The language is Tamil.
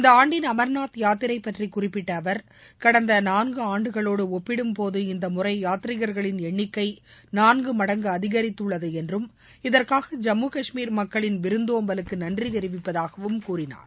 இந்த ஆண்டின் அமர்நாத் யாத்திரை பற்றி குறிப்பிட்ட அவர் கடந்த நான்கு ஆண்டுகளோடு ஒப்பிடும்போது இந்த முறை யாத்ரீகர்களின் எண்ணிக்கை நான்கு மடங்கு அதிகரித்துள்ளது என்றும் இதற்காக ஜம்மு காஷ்மீர் மக்களின் விருந்தோம்பலுக்கு நன்றி தெரிவிப்பதாகவும் கூறினார்